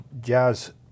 jazz